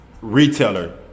retailer